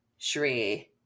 Shree